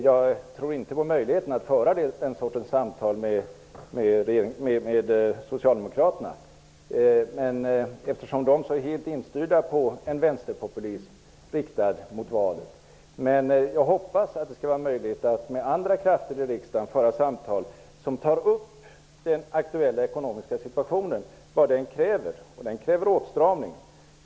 Jag tror inte på möjligheten att kunna föra den sortens samtal med Socialdemokraterna, eftersom de är så helt instyrda mot en vänsterpopulism med sikte på valet. Men jag hoppas att det skall vara möjligt att med andra krafter i riksdagen föra samtal som tar upp den aktuella ekonomiska situationen och vad den kräver. Situationen kräver åtstramning.